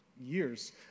Years